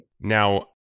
Now